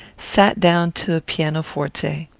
sat down to a piano-forte.